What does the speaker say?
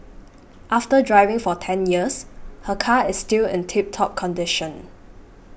after driving for ten years her car is still in tip top condition